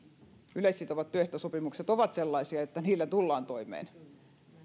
yleissitovat työehtosopimukset ovat sellaisia että niillä tullaan toimeen